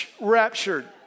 raptured